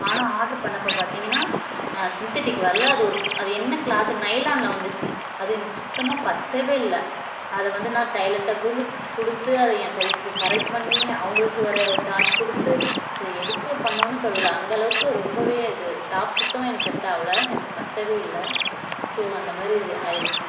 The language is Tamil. ஆனால் ஆர்டர் பண்ணிணப்ப பார்த்திங்கனா சின்த்தட்டிக் வரலை அது ஒரு அது என்ன க்ளாத்து நைலானில் வந்துச்சு அது எனக்கு சுத்தமாக பத்தவே இல்லை அதை வந்து நான் டைலர்ட்ட கொடுத் கொடுத்து அதை என் சைஸுக்கு கரெக்ட் பண்ணி அவங்களுக்கு வேற சார்ஜ் கொடுத்து இது எதுக்கு பண்ணிணோம்ன்னு தொல்லை அந்த அளவுக்கு ரொம்ப இது டாப்ஸ் சுத்தமாக எனக்கு செட் ஆகல எனக்கு பத்தவே இல்லை ஸோ அந்த மாதிரி ஆயிடுச்சி